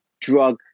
drug